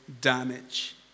damage